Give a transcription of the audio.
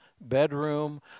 bedroom